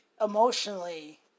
emotionally